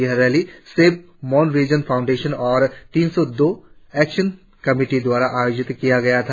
यह rally save Mon region foundation और तीन सौ दो एक्शन कमेटी द्वारा आयोजित किया गया था